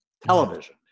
television